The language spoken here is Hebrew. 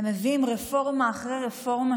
אתם מביאים רפורמה אחרי רפורמה,